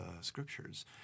scriptures